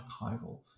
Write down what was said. archival